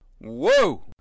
Whoa